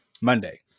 Monday